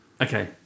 okay